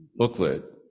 booklet